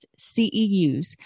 CEUs